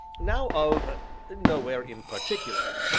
now of nowhere-in-particular.